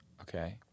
Okay